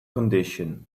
condition